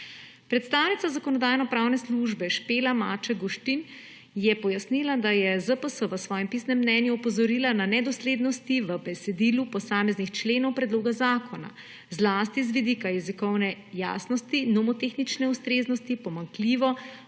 Predstavnica Zakonodajno-pravne službe Špela Maček Guštin je pojasnila, da je ZPS v svojem pisnem mnenju opozorila na nedoslednosti v besedilu posameznih členov predloga zakona, zlasti z vidika jezikovne jasnosti, nomotehnične ustreznosti, pomanjkljivo